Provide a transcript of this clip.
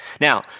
Now